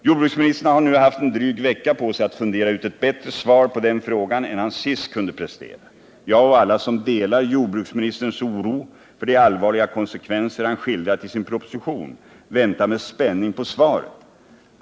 Jordbruksministern har nu haft en dryg vecka på sig att fundera ut ett bättre svar på den frågan än han sist kunde prestera. Jag och alla som delar jordbruksministerns oro för de allvarliga konsekvenser han skildrat i sin proposition väntar med spänning på svaret.